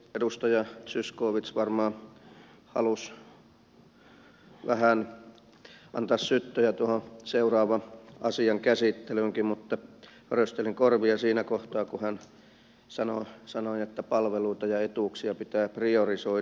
edustaja zyskowicz varmaan halusi antaa vähän syöttöjä tuohon seuraavankin asian käsittelyyn mutta höristelin korviani siinä kohtaa kun hän sanoi että palveluita ja etuuksia pitää priorisoida